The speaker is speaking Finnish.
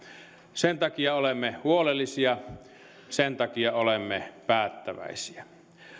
sen takia olemme huolellisia sen takia olemme päättäväisiä